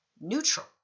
neutral